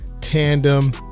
tandem